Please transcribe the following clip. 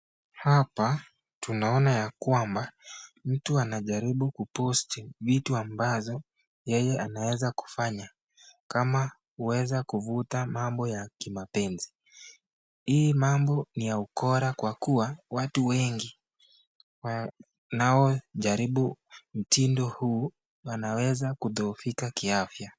Hapa tunaona ya kwamba, mtu anajaribu kuposti vitu ambazo yeye anaweza kufanya, kama kuweza kuvuta mambo ya kimapenzi, hii mambo ni ya ukora kwa kuwa, watu wengi wanao jaribu mtindo huu wanaweza kudhoofika kiafya.